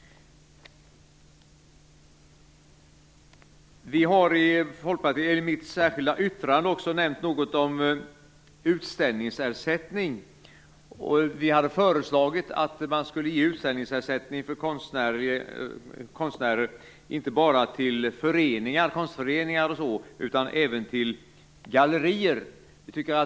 I vårt särskilda yttrande nämner vi också utställningsersättningen. Vi föreslår att man skall ge utställningsersättning för konstnärer, inte bara till konstföreningar utan även till gallerier.